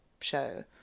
show